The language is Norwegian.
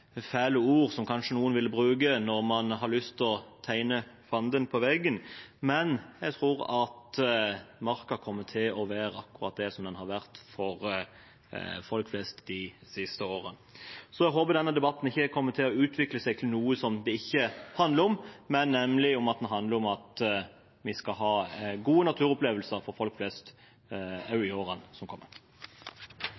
ord som noen kanskje vil bruke når man har lyst til å male fanden på veggen. Jeg tror at marka kommer til å være akkurat det den har vært for folk flest de siste årene. Jeg håper denne debatten ikke kommer til å utvikle seg til noe den ikke handler om, den handler nemlig om at folk flest skal ha gode naturopplevelser